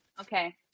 Okay